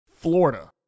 Florida